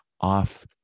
off